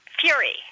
Fury